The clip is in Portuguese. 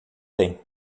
bem